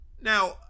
Now